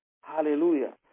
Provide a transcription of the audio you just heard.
Hallelujah